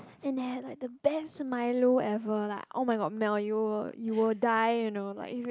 and they have like the best Milo ever la oh-my-god Mel you will you will die you know like if you